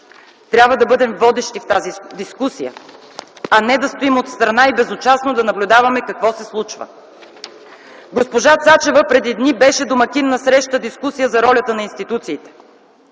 трябва да бъдем водещи в тази дискусия, а не да стоим отстрана и безучастно да наблюдаваме какво се случва. Госпожа Цачева преди дни беше домакин на среща-дискусия за ролята на институциите.